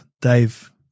Dave